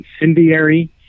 incendiary